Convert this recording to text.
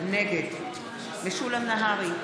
נגד משולם נהרי,